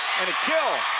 and a kill.